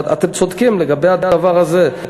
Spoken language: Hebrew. אבל אתם צודקים לגבי הדבר הזה.